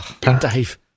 Dave